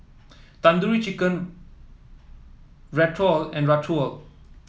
Tandoori Chicken Ratatouille and Ratatouille